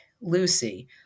Lucy